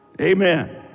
Amen